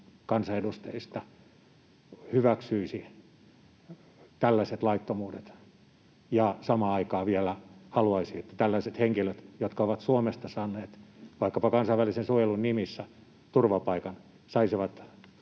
kansanedustajista hyväksyisi tällaiset laittomuudet ja samaan aikaan vielä haluaisi, että tällaiset henkilöt, jotka ovat Suomesta saaneet vaikkapa kansainvälisen suojelun nimissä turvapaikan, saisivat